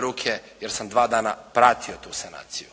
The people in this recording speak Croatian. ruke jer sam dva dana pratio tu sanaciju.